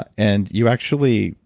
and you actually,